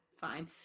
fine